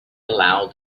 aloud